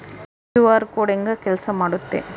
QR code ಹೆಂಗ ಕೆಲಸ ಮಾಡುತ್ತೆ?